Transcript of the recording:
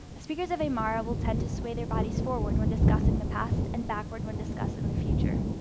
speakers of aymara will tend to sway their bodies forward when discussing the past and backward when discussing the future.